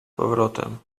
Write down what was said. powrotem